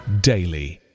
daily